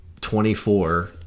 24